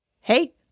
Hey